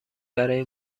برای